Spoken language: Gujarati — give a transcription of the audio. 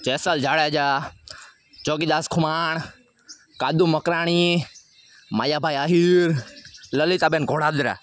જેસલ જાડેજા જોગીદાસ ખુમાણ કાદુ મકરાણી માયાભાઈ આહીર લલિતાબેન ઘોડાદ્રા